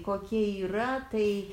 kokie yra tai